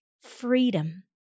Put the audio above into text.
freedom